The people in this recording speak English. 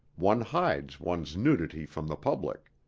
one hides one's nudity from the public.